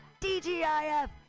dgif